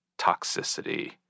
toxicity